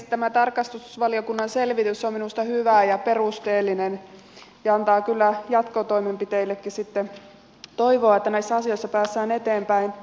tämä tarkastusvaliokunnan selvitys on minusta hyvä ja perusteellinen ja antaa kyllä jatkotoimenpiteillekin sitten toivoa että näissä asioissa päästään eteenpäin